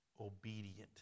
obedient